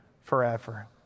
forever